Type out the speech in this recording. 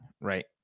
right